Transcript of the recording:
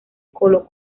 colo